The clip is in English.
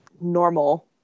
normal